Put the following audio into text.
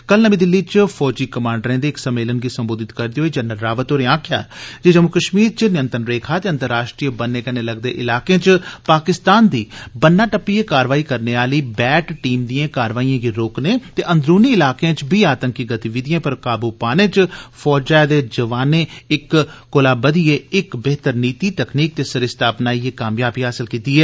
कल नमीं दिल्ली च फौजी कमांडरें दे इक सम्मेलनै गी संबोधत करदे होई जनरल रावत होरें आक्खेआ जे जम्मू कष्मीर च नियंत्रण रेखा ते अंतर्राष्ट्रीय बन्ने कन्नै लगदे इलाकें च पाकिस्तान दी बन्ना टप्पियै कारवाई करने आली बैट टीम दिएं कारवाइएं गी रोकने ते अंदरूनी इलाकें च बी आतंकी गतिविधिएं पर काबू पाने च फौजै दे जवानें इक कोला बधियै इक बेह्तर नीति तकनीक ते सरिस्ता अपनाइयै कामयाबी हासल कीती ऐ